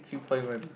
three point one